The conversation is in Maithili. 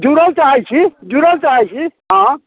जुड़ल चाहैत छी जुड़ल चाहैत छी हँ